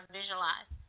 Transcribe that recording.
visualize